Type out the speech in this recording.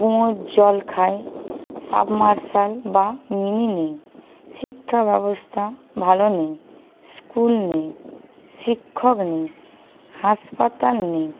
কুয়োর জল খাই সাব মার্শাল বা মিনি নেই শিক্ষাব্যবস্থা ভালো নেই স্কুল নেই শিক্ষক নেই হাসপাতাল নেই